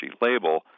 label